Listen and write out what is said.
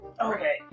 Okay